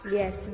yes